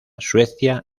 suecia